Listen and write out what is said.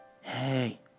Hey